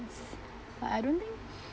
but I don't think